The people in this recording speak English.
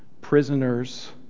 Prisoners